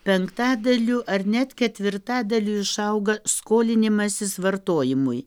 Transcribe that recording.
penktadaliu ar net ketvirtadaliu išauga skolinimasis vartojimui